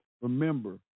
remember